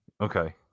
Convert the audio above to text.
Okay